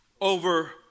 over